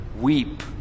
weep